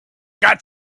got